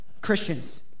Christians